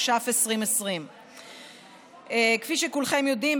התש"ף 2020. כפי שכולכם יודעים,